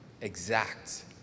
exact